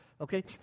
Okay